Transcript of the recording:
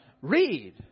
read